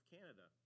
Canada